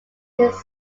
his